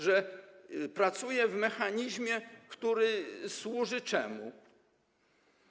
Że pracuje w mechanizmie, który służy czemu?